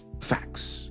Facts